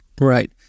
right